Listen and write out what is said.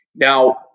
Now